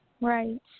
right